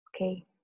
Okay